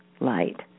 light